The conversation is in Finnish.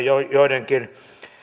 joidenkin